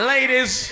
Ladies